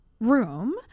room